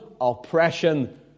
oppression